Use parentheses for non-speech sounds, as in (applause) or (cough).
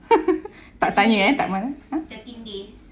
(laughs) tak tanya eh tak mahal !huh!